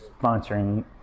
sponsoring